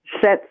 sets